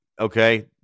Okay